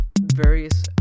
various